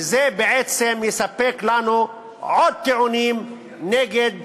וזה בעצם יספק לנו עוד טיעונים נגד